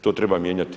To treba mijenjati.